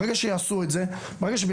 ברגע שנעשה סוויץ,